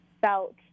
felt